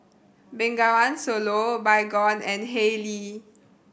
Bengawan Solo Baygon and Haylee